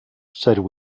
said